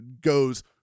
goes